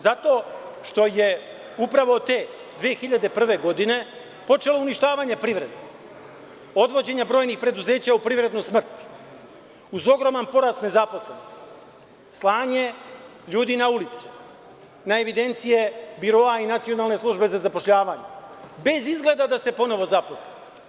Zato što je upravo te 2001. godine počelo uništavanje privrede, odvođenje brojnih preduzeća u privrednu smrt, uz ogroman porast nezaposlenih, slanje ljudi na ulice, evidenciji biroa i Nacionalne službe za zapošljavanje, bez izgleda da se ponovo zaposle.